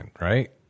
right